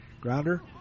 Grounder